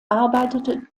arbeitete